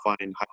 find